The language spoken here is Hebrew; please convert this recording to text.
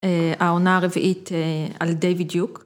‫העונה הרביעית על דיויד יוק.